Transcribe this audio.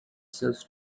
cells